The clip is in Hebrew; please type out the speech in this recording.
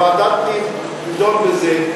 או שוועדת הפנים תדון בזה,